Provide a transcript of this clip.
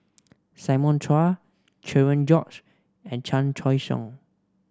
Simon Chua Cherian George and Chan Choy Siong